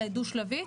לדו שלבית,